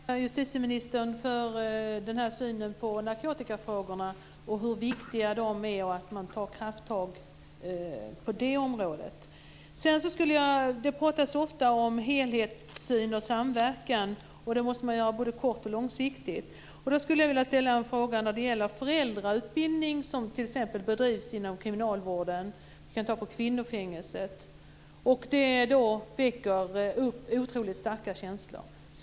Herr talman! Jag skulle vilja tacka justitieministern för att han redovisade synen på narkotikafrågorna, hur viktiga de är och hur viktigt det är att man tar krafttag på det området. Det pratas ofta om helhetssyn och samverkan. Det måste finnas både kortsiktigt och långsiktigt. Jag skulle vilja ställa en fråga om den föräldrautbildning som t.ex. bedrivs inom kriminalvården på kvinnofängelser. Den väcker upp otroligt starka känslor.